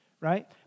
right